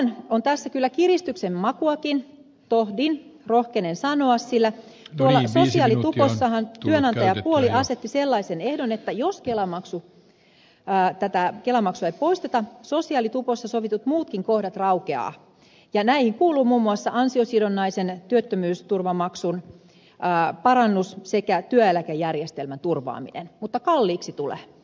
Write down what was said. vähän on tässä kyllä kiristyksen makuakin tohdin rohkenen sanoa sillä tuolloin sen sijaan lukiossa hän tulee sosiaalitupossahan työantajapuoli asetti sellaisen ehdon että jos kelamaksua ei poisteta sosiaalitupossa sovitut muutkin kohdat raukeavat ja näihin kuuluvat muun muassa ansiosidonnaisen työttömyysturvamaksun parannus sekä työeläkejärjestelmän turvaaminen mutta kalliiksi tulee